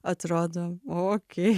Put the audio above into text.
atrodo okei